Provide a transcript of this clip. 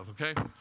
Okay